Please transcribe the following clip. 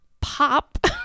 pop